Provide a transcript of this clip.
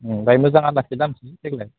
बाहाय मोजां आलासि लाबोनोसै देग्लाय